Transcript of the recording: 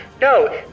No